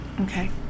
Okay